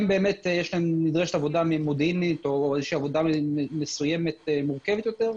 כאן נדרשת עבודה מודיעינית או איזושהי עבודה מסוימת מורכבת יותר,